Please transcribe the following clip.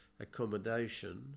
accommodation